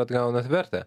atgaunat vertę